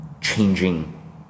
changing